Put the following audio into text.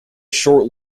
short